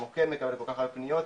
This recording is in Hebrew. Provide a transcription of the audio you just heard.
המוקד מקבל כל כך הרבה פניות,